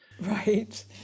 right